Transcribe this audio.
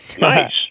Nice